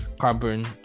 carbon